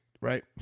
right